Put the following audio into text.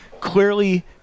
clearly